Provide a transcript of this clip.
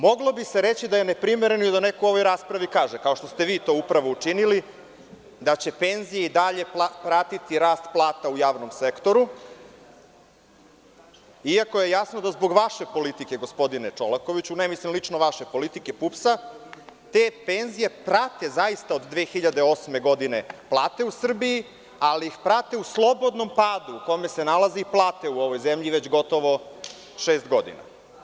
Moglo bi se reći da je neprimereno i da neko u ovoj raspravi kaže, kao što ste vi to upravo učinili, da će penzije i dalje pratiti rast plata u javnom sektoru iako je jasno da zbog vaše politike, gospodine Čolakoviću, ne mislim lično vaše, politike PUPS-a, te penzije prate zaista od 2008. godine plate u Srbiji ali ih prate u slobodnom padu u kome se nalaze i plate u ovoj zemlji već gotovo šest godina.